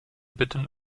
bitten